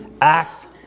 act